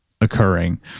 occurring